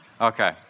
Okay